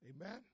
Amen